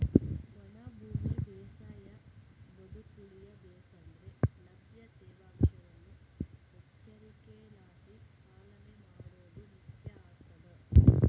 ಒಣ ಭೂಮಿ ಬೇಸಾಯ ಬದುಕುಳಿಯ ಬೇಕಂದ್ರೆ ಲಭ್ಯ ತೇವಾಂಶವನ್ನು ಎಚ್ಚರಿಕೆಲಾಸಿ ಪಾಲನೆ ಮಾಡೋದು ಮುಖ್ಯ ಆಗ್ತದ